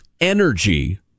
energy